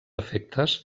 efectes